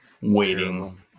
waiting